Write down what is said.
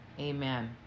Amen